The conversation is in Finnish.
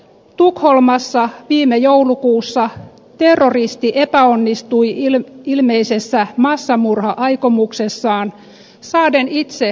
tukholmassa viime joulukuussa terroristi epäonnistui ilmeisessä massamurha aikomuksessaan saaden itse surmansa